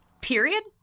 Period